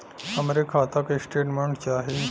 हमरे खाता के स्टेटमेंट चाही?